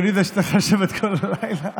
כי אני זה שצריך לשבת כל הלילה.